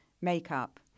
makeup